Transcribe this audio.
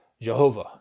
Jehovah